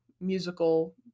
musical